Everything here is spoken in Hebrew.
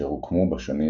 אשר הוקמו בשנים